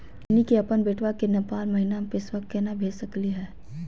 हमनी के अपन बेटवा क नेपाल महिना पैसवा केना भेज सकली हे?